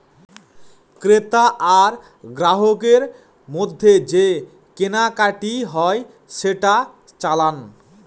ক্রেতা আর গ্রাহকের মধ্যে যে কেনাকাটি হয় সেটা চালান